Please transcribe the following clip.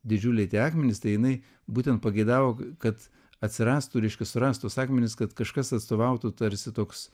didžiuliai tie akmenys tai jinai būtent pageidavo kad atsirastų reiškia surast tuos akmenis kad kažkas atstovautų tarsi toks